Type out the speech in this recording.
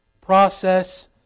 process